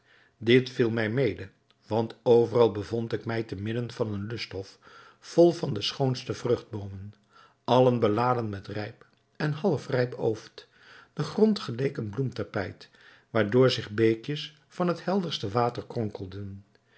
dit viel mij mede want overal bevond ik mij te midden van een lusthof vol van de schoonste vruchtboomen allen beladen met rijp en half rijp ooft de grond geleek een bloemtapijt waardoor zich beekjes van het helderste